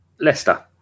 Leicester